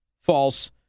False